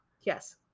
Yes